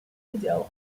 video